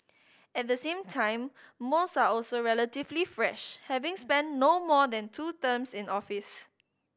at the same time most are also relatively fresh having spent no more than two terms in office